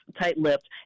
tight-lipped